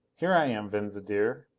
here i am, venza dear.